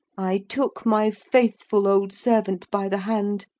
i took my faithful old servant by the hand,